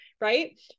right